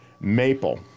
maple